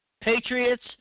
Patriots